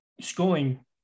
schooling